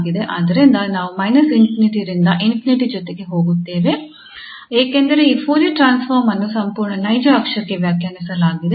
ಆದ್ದರಿಂದ ನಾವು −∞ ರಿಂದ ∞ ಜೊತೆ ಹೋಗುತ್ತಿದ್ದೇವೆ ಏಕೆಂದರೆ ಈ ಫೋರಿಯರ್ ಟ್ರಾನ್ಸ್ಫಾರ್ಮ್ ಅನ್ನು ಸಂಪೂರ್ಣ ನೈಜ ಅಕ್ಷಕ್ಕೆ ವ್ಯಾಖ್ಯಾನಿಸಲಾಗಿದೆ